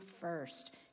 first